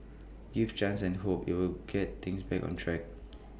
give chance and hope IT will get things back on track